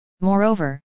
moreover